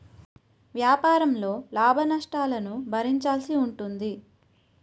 వ్యాపారంలో లాభనష్టాలను భరించాల్సి ఉంటుంది